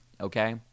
okay